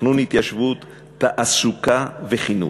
תכנון התיישבות, תעסוקה וחינוך.